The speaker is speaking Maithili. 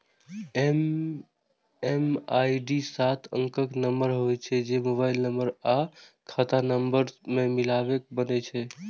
एम.एम.आई.डी सात अंकक नंबर होइ छै, जे मोबाइल नंबर आ खाता नंबर कें मिलाके बनै छै